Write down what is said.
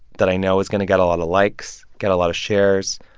that i know is going to get a lot of likes, get a lot of shares,